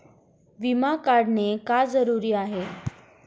विमा काढणे का जरुरी आहे?